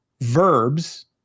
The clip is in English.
verbs